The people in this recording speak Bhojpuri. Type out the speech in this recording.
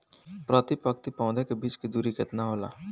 प्रति पंक्ति पौधे के बीच की दूरी केतना होला?